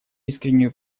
искреннюю